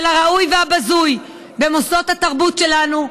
של הראוי והבזוי במוסדות התרבות שלנו,